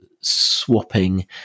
swapping